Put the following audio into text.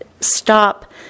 stop